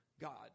God